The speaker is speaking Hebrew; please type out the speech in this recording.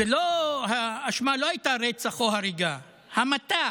זה לא, האשמה לא הייתה רצח או הריגה, המתה,